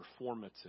performative